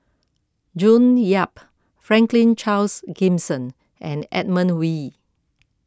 June Yap Franklin Charles Gimson and Edmund Wee